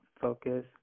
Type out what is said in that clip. focus